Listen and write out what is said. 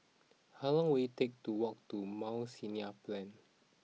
how long will it take to walk to Mount Sinai Plain